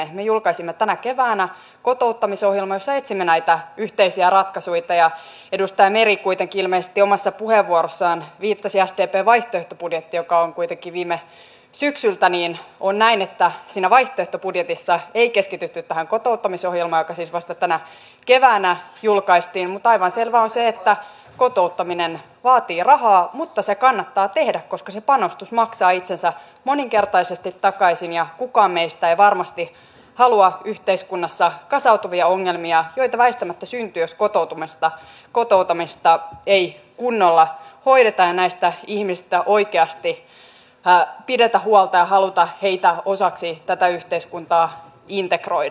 me julkaisimme tänä keväänä kotouttamisohjelman jossa etsimme näitä yhteisiä ratkaisuja ja kun edustaja meri kuitenkin ilmeisesti omassa puheenvuorossaan viittasi sdpn vaihtoehtobudjettiin joka on viime syksyltä niin on näin että siinä vaihtoehtobudjetissa ei keskitytty tähän kotouttamisohjelmaan joka siis vasta tänä keväänä julkaistiin mutta aivan selvää on se että kotouttaminen vaatii rahaa mutta se kannattaa tehdä koska se panostus maksaa itsensä moninkertaisesti takaisin ja kukaan meistä ei varmasti halua yhteiskunnassa kasautuvia ongelmia joita väistämättä syntyy jos kotoutumista ei kunnolla hoideta ja näistä ihmisistä oikeasti pidetä huolta ja haluta heitä osaksi tätä yhteiskuntaa integroida